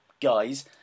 guys